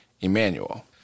Emmanuel